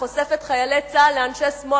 וחושף את חיילי צה"ל